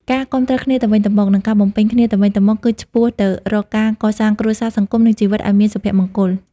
ការគាំទ្រគ្នាទៅវិញទៅមក និងការបំពេញគ្នាទៅវិញទៅមក គឺឆ្ពោះទៅរកការកសាងគ្រួសារ សង្គម និងជីវិតឲ្យមានសុភមង្គល។